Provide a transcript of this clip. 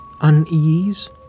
unease